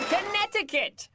Connecticut